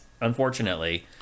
unfortunately